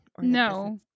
No